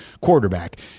quarterback